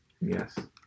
Yes